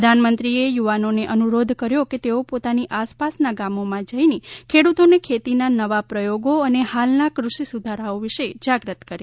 પ્રધાનમંત્રીએ યુવાનોને અનુરોધ કર્યો કે તેઓ પોતાની આસપાસના ગામોમાં જઇને ખેડુતોને ખેતીમાં નવા પ્રયોગો અને હાલના કૃષિ સુધારાઓ વિશે જાગૃત કરે